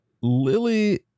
Lily